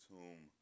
Tomb